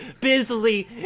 busily